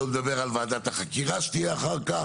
ושלא לדבר על ועדת החקירה שתהיה אחר כך,